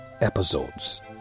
episodes